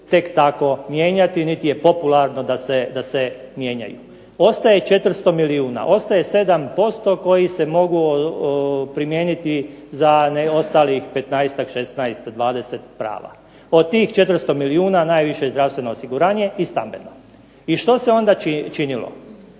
tek tako mijenjati niti je popularno da se mijenjaju. Ostaje 400 milijuna, ostaje 7% koji se mogu primijeniti za ostalih 15-ak, 16, 20 prava. Od tih 400 milijuna najviše je zdravstveno osiguranje i stambeno. I što se onda činilo?